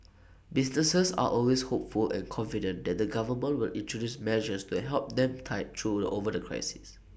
businesses are always hopeful and confident that the government will introduce measures to help them tide through the over the crisis